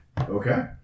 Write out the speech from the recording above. Okay